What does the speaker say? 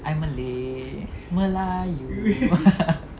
I malay melayu